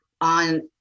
on